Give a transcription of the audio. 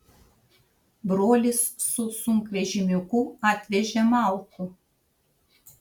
brolis su sunkvežimiuku atvežė malkų